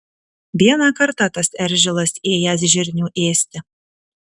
vieną kartą tas eržilas ėjęs žirnių ėsti